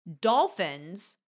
Dolphins